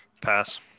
Pass